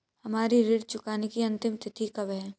हमारी ऋण चुकाने की अंतिम तिथि कब है?